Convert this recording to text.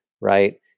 right